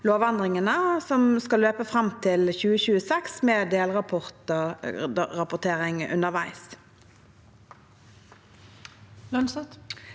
lovendringene. Det skal løpe fram til 2026, med delrapportering underveis.